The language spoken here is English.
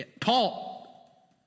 Paul